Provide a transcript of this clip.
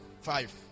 Five